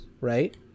right